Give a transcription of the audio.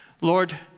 Lord